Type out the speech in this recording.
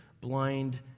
blind